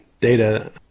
data